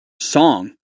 song